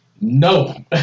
no